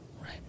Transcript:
Right